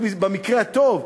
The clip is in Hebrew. במקרה הטוב,